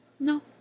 No